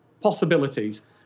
possibilities